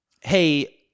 Hey